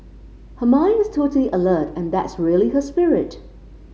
her mind is totally alert and that's really her spirit